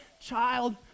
child